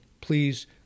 please